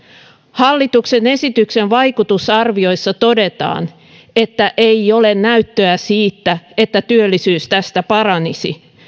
hallituksen esityksen vaikutusarvioissa todetaan että ei ole näyttöä siitä että työllisyys tästä paranisi mutta